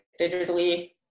digitally